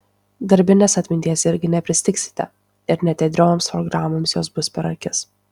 darbinės atminties irgi nepristigsite ir net ėdrioms programoms jos bus per akis